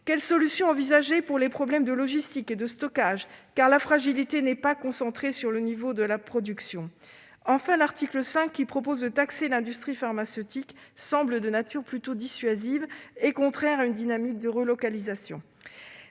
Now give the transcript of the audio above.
Quelles solutions envisager pour les problèmes de logistique et de stockage, car la fragilité n'est pas concentrée au niveau de la production ? Enfin, l'article 5, qui vise à taxer l'industrie pharmaceutique, semble plutôt dissuasif et contraire à une dynamique de relocalisation.